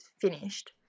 finished